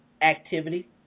activity